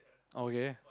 okay